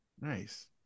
nice